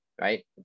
right